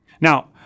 Now